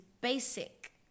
basic